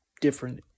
different